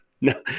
No